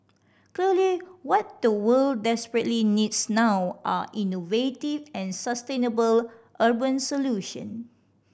clearly what the world desperately needs now are innovative and sustainable urban solution